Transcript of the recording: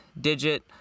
digit